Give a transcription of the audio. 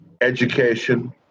education